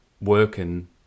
working